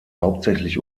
hauptsächlich